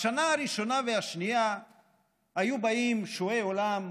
בשנה הראשונה והשנייה היו באים שועי עולם,